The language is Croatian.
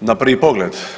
na prvi pogled.